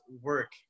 work